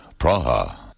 Praha